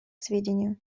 сведению